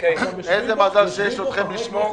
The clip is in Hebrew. איזה מזל שיש אתכם לשמור.